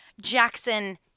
Jackson